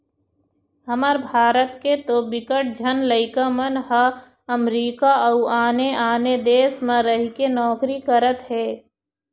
हमर भारत के तो बिकट झन लइका मन ह अमरीका अउ आने आने देस म रहिके नौकरी करत हे